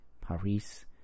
Paris